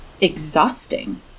exhausting